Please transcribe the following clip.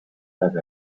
aeg